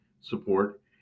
support